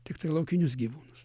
tiktai laukinius gyvūnus